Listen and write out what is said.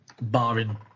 barring